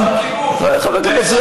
יש שם כיבוש.